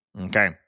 Okay